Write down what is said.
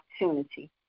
opportunity